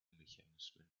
mechanismen